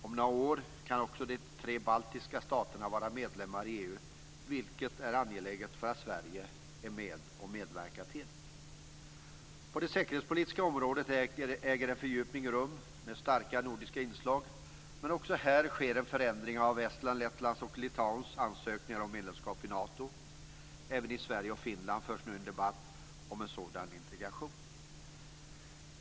Om några år kan också de tre baltiska staterna vara medlemmar i EU, vilket är angeläget för Sverige att medverka till. På det säkerhetspolitiska området äger en fördjupning rum med starka nordiska inslag. Men också här sker en förändring genom Estlands, Lettlands och Sverige och Finland förs nu en debatt om en sådan integration.